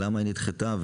למה נדחתה?